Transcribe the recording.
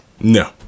No